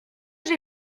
j’ai